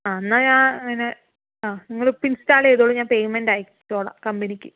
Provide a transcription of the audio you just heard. ആ എന്നാൽ ഞാൻ അങ്ങനെ ആ നിങ്ങൾ ഇൻസ്റ്റാൾ ചെയ്തോളൂ ഞാൻ പേയ്മെന്റ് അയച്ചോളാം കമ്പനിക്ക്